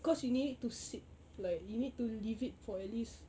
cause you need it to sit like you need to leave it for at least